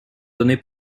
donner